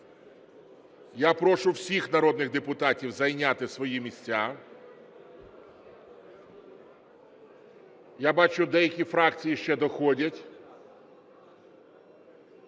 Я прошу всіх народних депутатів зайняти свої місця. Я бачу, деякі фракції ще доходять.